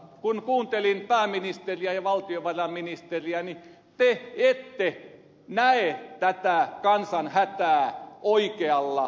kun kuuntelin pääministeriä ja valtiovarainministeriä niin te ette näe tätä kansan hätää oikealla tavalla